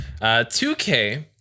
2K